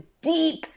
deep